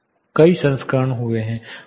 कई संस्करण हुए हैं